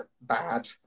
bad